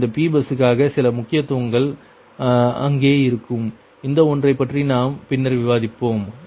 மற்றும் இந்த P பஸ்ஸுக்காக சில முக்கியத்துவங்கள் அங்கே இருக்கும் இந்த ஒன்றை பற்றி நாம் பின்னர் விவாதிப்போம்